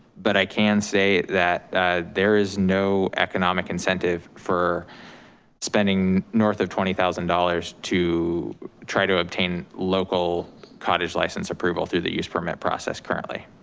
but i can say that there is no economic incentive for spending money north of twenty thousand dollars to try to obtain local cottage license approval through the use permit process currently.